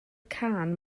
cân